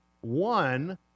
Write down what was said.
One